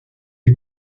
des